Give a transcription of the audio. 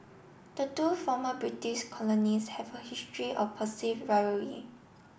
the two former British colonies have a history of perceived rivalry